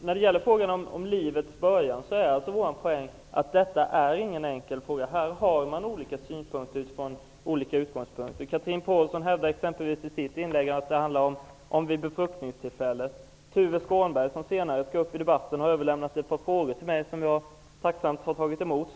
Herr talman! Poängen i det vi säger är att frågan om livets början inte är någon enkel fråga. Här har man olika synpunkter, utifrån olika utgångspunkter. Chatrine Pålsson hävdar exempelvis i sitt inlägg att livets början är vid befruktningstillfället. Tuve Skånberg, som skall upp i debatten senare, har överlämnat ett par frågor till mig som jag tacksamt tagit emot.